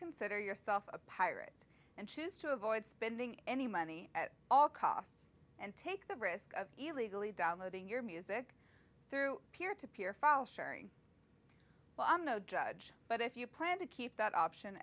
consider yourself a pirate and choose to avoid spending any money at all costs and take the risk of illegally downloading your music through peer to peer file sharing but i'm no judge but if you plan to keep that option